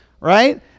right